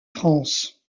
france